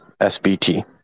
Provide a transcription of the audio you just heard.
SBT